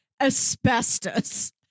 asbestos